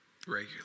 regularly